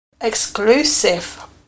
exclusive